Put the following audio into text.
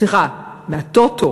סליחה, מהטוטו